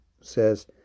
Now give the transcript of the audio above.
says